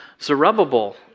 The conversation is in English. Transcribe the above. Zerubbabel